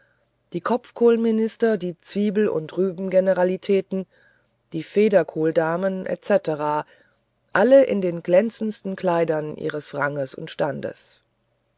die kopfkohlminister die zwiebel und rübengeneralität die federkohldamen etc alle in den glänzendsten kleidern ihres ranges und standes